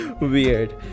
weird